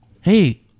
hey